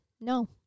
no